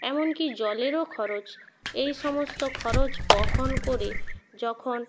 এমনকি জলেরও খরচ এই সমস্ত খরচ বহন করে যখন